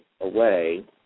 away